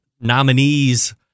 nominees